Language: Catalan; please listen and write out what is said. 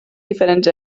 diferents